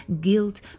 guilt